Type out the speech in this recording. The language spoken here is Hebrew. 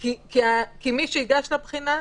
כי מי שייגש לבחינה,